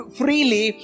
freely